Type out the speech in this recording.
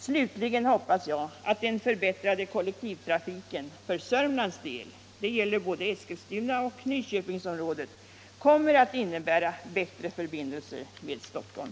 Slutligen hoppas jag att den förbättrade kollektivtrafiken för Södermanlands del — det gäller både Eskilstuna och Nyköpingsområdet — kommer att innebära bättre förbindelser med Stockholm.